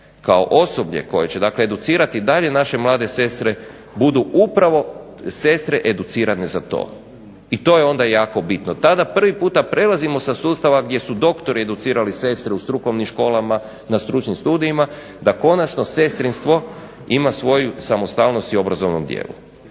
kao osoblje koje će dakle educirati dalje naše mlade sestre budu upravo sestre educirane za to. I to je onda jako bitno. Tada prvi puta prelazimo sa sustava gdje su doktori educirali sestre u strukovnim školama, na stručnim studijima, da konačno sestrinstvo imaju svoju samostalnost i u obrazovnom dijelu.